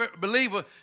believer